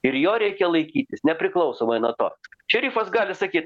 ir jo reikia laikytis nepriklausomai nuo to šerifas gali sakyt